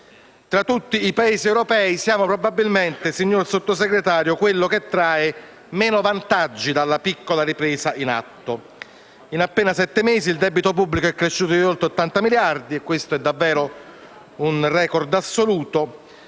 tra tutti i Paesi europei siamo probabilmente quello che trae meno vantaggi dalla piccola ripresa in atto. In appena sette mesi, il debito pubblico è cresciuto di oltre 80 miliardi di euro e questo è davvero un *record* assoluto.